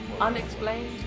Unexplained